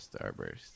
Starburst